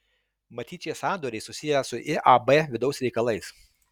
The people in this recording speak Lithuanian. matyt šie sandoriai susiję su iab vidaus reikalais